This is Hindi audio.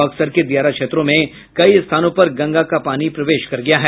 बक्सर के दियारा क्षेत्रों में कई स्थानों पर गंगा का पानी प्रवेश कर गया है